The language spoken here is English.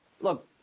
look